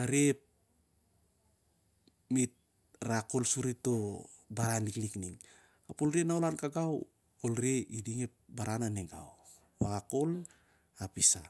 a reh me't rak kol suri iding ep baran ning. Wakak kho'l api sah